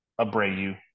Abreu